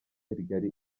rigari